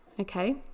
Okay